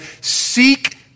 seek